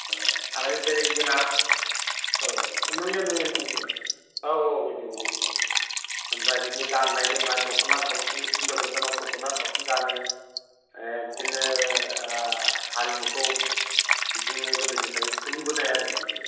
ओ आरो जेरै जोंना औ नुयो नुयो नुयो औ औ बेनो बेनो बेनो आमफ्राय बिनि गाननाय जोमनाय दख'ना थावसि हिनजाव गोदानाव दख'ना थावसि गानो ए बिदिनो ओ हारिमुखौ बिदिनो गोदोनिफ्राय सोलिबोनाय आरो मानि